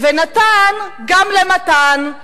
ונתן גם למתן,